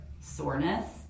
soreness